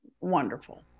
wonderful